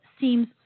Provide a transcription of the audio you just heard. seems